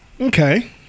Okay